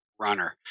Runner